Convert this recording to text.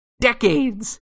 decades